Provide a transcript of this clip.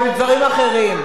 ובדברים אחרים.